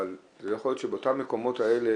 אבל יכול להיות שבאותם מקומות האלה